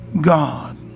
God